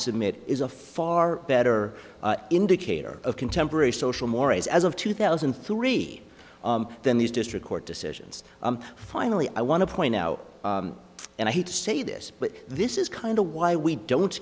submit is a far better indicator of contemporary social mores as of two thousand and three than these district court decisions finally i want to point out and i hate to say this but this is kind of why we don't